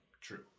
true